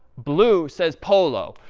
blue says polo.